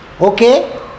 okay